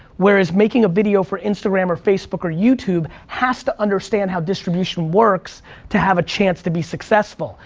whereas making a video for instagram or facebook or youtube has to understand how distribution works to have a chance to be successful.